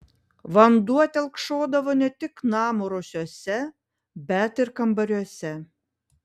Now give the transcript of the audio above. vanduo telkšodavo ne tik namo rūsiuose bet ir kambariuose